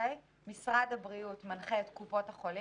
משרד הבריאות מנחה את קופות החולים,